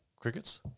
Crickets